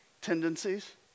tendencies